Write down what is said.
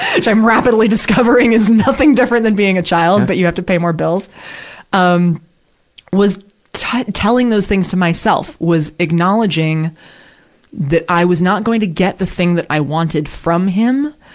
which i'm rapidly discovering is nothing different than being a child, but you have to pay more bills um was telling those things to myself, was acknowledging that i was not going to get the thing that i wanted from him,